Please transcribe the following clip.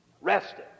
rested